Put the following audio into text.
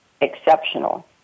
exceptional